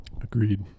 Agreed